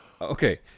okay